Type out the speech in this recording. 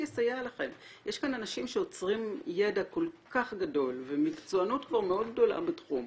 יש כאן אנשים שאוצרים ידע כל כך גדול ומקצוענות מאוד גדולה בתחום,